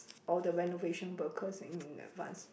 all the renovation because in an advance